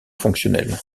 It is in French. fonctionnelle